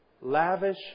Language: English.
lavish